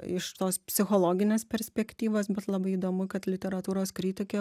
iš tos psichologinės perspektyvos bet labai įdomu kad literatūros kritikė